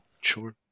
Sure